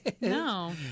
No